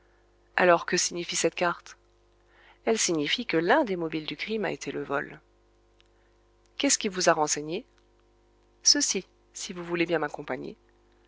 alors que signifie cette carte elle signifie que l'un des mobiles du crime a été le vol qu'est-ce qui vous a renseigné ceci si vous voulez bien m'accompagner